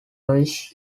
louis